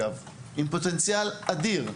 עם פוטנציאל אדיר.